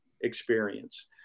experience